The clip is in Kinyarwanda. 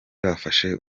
bafashe